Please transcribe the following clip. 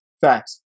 facts